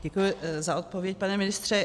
Děkuji za odpověď pane ministře.